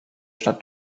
stadt